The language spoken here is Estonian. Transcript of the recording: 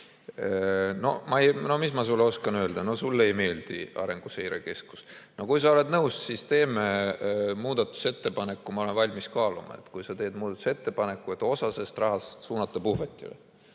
No mis ma sulle oskan öelda? No sulle ei meeldi Arenguseire Keskus. Kui sa oled nõus, siis teeme muudatusettepaneku. Ma olen valmis kaaluma, kui sa teed muudatusettepaneku, et osa sellest rahast suunata puhvetile.